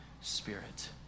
Spirit